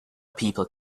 people